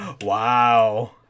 Wow